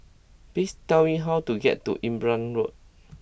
please tell me how to get to Imbiah Road